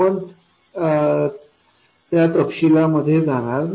आपण त्या तपशीलांमध्ये जाणार नाही